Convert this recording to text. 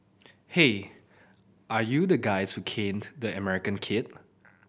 hey are you the guys who caned the American kid